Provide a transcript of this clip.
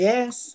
Yes